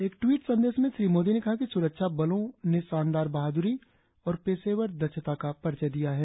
एक ट्वीट संदेश में श्री मोदी ने कहा कि स्रक्षा बलों ने शानदार बहादुरी और पेशेवर दक्षता का परिचय दिया है